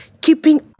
keeping